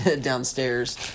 downstairs